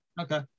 Okay